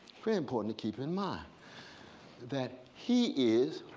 very important to keep in mind that he is